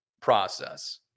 process